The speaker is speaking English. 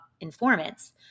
informants